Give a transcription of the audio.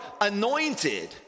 anointed